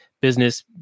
business